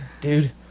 dude